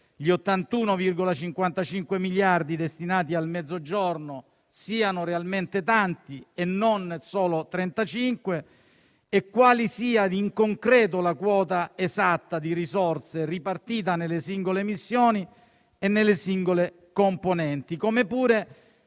gli 81,55 miliardi destinati al Mezzogiorno siano realmente tanti e non solo 35 e quale sia, in concreto, la quota esatta di risorse ripartita nelle singole missioni e nelle singole componenti;